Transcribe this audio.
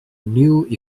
new